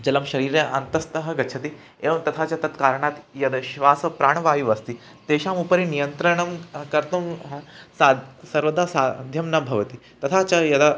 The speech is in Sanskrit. जलं शरीरे अन्तस्तः गच्छति एवं तथा च तत्कारणात् यद् श्वासप्राणवायु अस्ति तेषाम् उपरि नियन्त्रणं कर्तुं सा सर्वदा साध्यं न भवति तथा च यदा